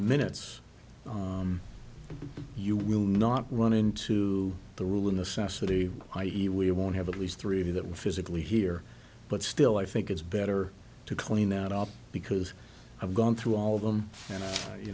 minutes you will not run into the rule in the sas or the i e we won't have at least three that were physically here but still i think it's better to clean that up because i've gone through all of them